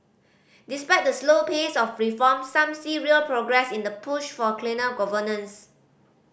despite the slow pace of reform some see real progress in the push for cleaner governance